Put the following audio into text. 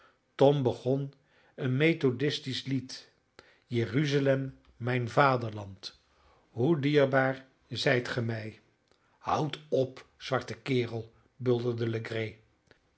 tom begon een methodistisch lied jeruzalem mijn vaderland hoe dierbaar zijt ge mij houd op zwarte kerel bulderde